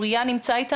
אוריה לא נמצא.